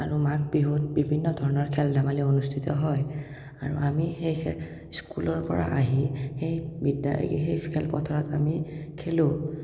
আৰু মাঘ বিহুত বিভিন্ন ধৰণৰ খেল ধেমালি অনুস্থিত হয় আৰু আমি সেই স্কুলৰ পৰা আহি সেই সেই খেলপথাৰত আমি খেলোঁ